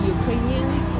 Ukrainians